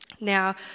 Now